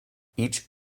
each